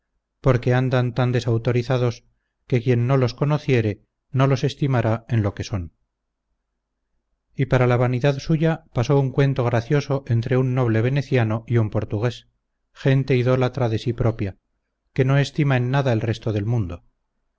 porque andan tan desautorizados que quien no los conociere no los estimará en lo que son y para la vanidad suya pasó un cuento gracioso entre un noble veneciano y un portugués gente idólatra de sí propia que no estima en nada el resto del mundo